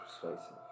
persuasive